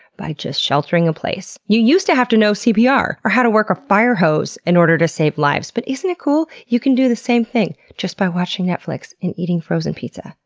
by just sheltering in place. you used to have to know cpr or how to work a firehose in order to save lives, but isn't it cool you can do the same thing just by watching netflix and eating frozen pizza?